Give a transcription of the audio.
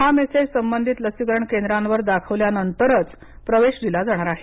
हा मेसेज संबंधित लसीकरण केंद्रावर दाखवल्यानंतरच प्रवेश दिला जाणार आहे